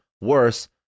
worse